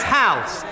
house